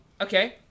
Okay